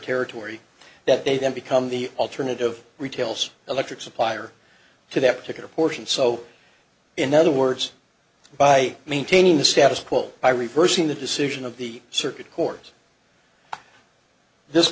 territory that they then become the alternative retails electric supplier to that particular portion so in other words by maintaining the status quo i reverse in the decision of the circuit